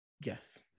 yes